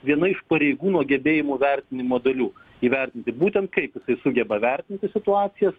viena iš pareigūno gebėjimų vertinimo dalių įvertinti būtent kaip sugeba vertinti situacijas